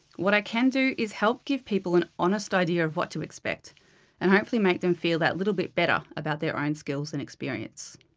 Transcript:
what i can do is help give people an honest idea of what to expect and hopefully make them feel that little bit better about their own skills and experience.